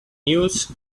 news